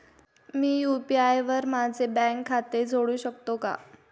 मी UPI वर माझे bank खाते जोडू शकतो का?